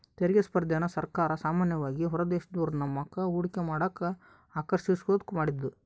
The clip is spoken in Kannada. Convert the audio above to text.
ತೆರಿಗೆ ಸ್ಪರ್ಧೆನ ಸರ್ಕಾರ ಸಾಮಾನ್ಯವಾಗಿ ಹೊರದೇಶದೋರು ನಮ್ತಾಕ ಹೂಡಿಕೆ ಮಾಡಕ ಆಕರ್ಷಿಸೋದ್ಕ ಮಾಡಿದ್ದು